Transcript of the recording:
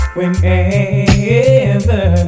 Whenever